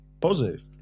positive